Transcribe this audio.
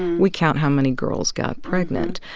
we count how many girls got pregnant.